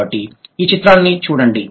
కాబట్టి ఈ చిత్రాన్ని చూడండి